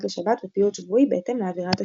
לשבת ופיוט שבועי בהתאם לאווירת השבוע.